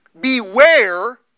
beware